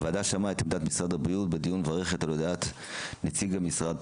הוועדה שמעה את עמדת משרד הבריאות בדיון ומברכת על הודעת נציג המשרד,